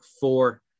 four